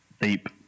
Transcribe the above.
deep